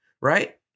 Right